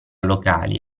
locali